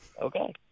okay